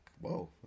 whoa